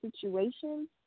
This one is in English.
situations